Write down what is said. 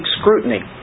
scrutiny